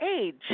age